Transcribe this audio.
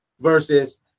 versus